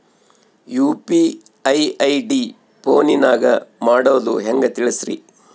UPI ID ಫೋನಿನಾಗ ಮಾಡೋದು ಹೆಂಗ ತಿಳಿಸ್ರಿ?